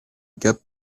gap